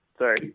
Sorry